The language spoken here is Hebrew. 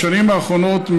בשנים האחרונות,